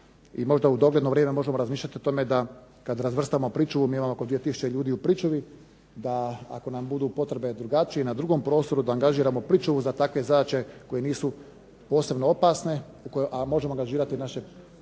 možda u dogledno vrijeme možemo razmišljati o tome da, kad razvrstamo pričuvu mi imamo oko 2000 ljudi u pričuvi, da ako nam budu potrebe drugačije, na drugom prostoru da angažiramo pričuvu za takve zadaće koje nisu posebno opasne, a možemo angažirati naše pričuvne